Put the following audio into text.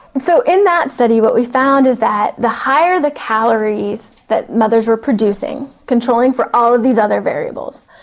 so in that study what we found is that the higher the calories that mothers were producing, controlling for all of these other variables,